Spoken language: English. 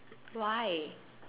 why